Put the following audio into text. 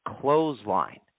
clothesline